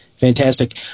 Fantastic